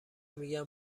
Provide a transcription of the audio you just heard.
میگن